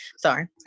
Sorry